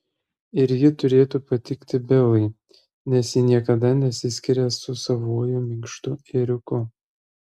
ir ji turėtų patikti belai nes ji niekada nesiskiria su savuoju minkštu ėriuku